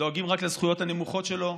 שדואגים רק לזכויות הנמוכות שלו.